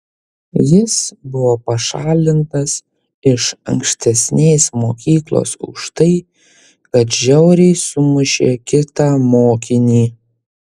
jis buvo pašalintas iš ankstesnės mokyklos už tai kad žiauriai sumušė kitą mokinį